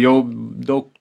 jau daug